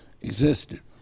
existed